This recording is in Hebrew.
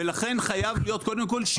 ולכן, חייב להיות קודם כול שיקוף.